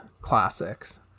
classics